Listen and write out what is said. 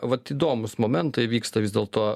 vat įdomūs momentai vyksta vis dėlto